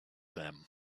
them